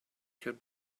could